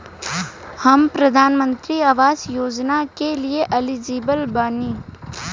हम प्रधानमंत्री आवास योजना के लिए एलिजिबल बनी?